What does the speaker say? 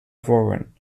warren